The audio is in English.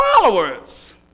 followers